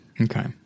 okay